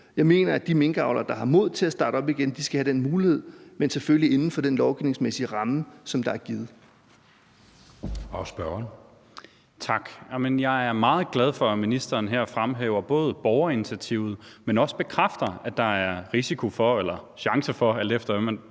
Jeg mener, at de minkavlere, der har mod til at starte op igen, skal have den mulighed, men selvfølgelig inden for den lovgivningsmæssige ramme, der er givet.